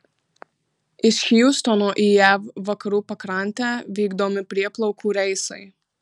iš hjustono į jav vakarų pakrantę vykdomi prieplaukų reisai